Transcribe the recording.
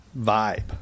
vibe